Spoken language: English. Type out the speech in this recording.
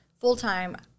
full-time